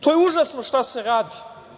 To je užasno šta se radi.